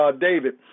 David